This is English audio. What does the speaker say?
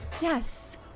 Yes